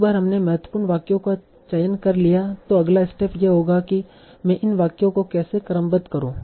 एक बार हमने महत्वपूर्ण वाक्यों का चयन कर लिया तो अगला स्टेप यह होगा कि मैं इन वाक्यों को कैसे क्रमबद्ध करूँ